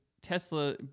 Tesla